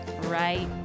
right